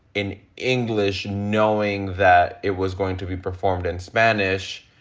in english, knowing that it was going to be performed in spanish.